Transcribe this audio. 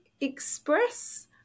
express